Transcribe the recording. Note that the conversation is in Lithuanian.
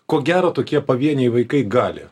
ko gero tokie pavieniai vaikai gali